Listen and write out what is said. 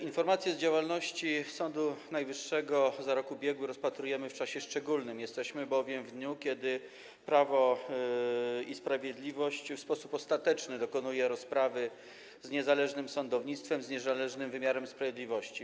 Informację o działalności Sądu Najwyższego za rok ubiegły rozpatrujemy w czasie szczególnym, w dniu, kiedy Prawo i Sprawiedliwość w sposób ostateczny dokonuje rozprawy z niezależnym sądownictwem, z niezależnym wymiarem sprawiedliwości.